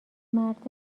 مرد